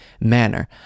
manner